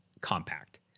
compact